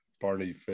Barney